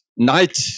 Night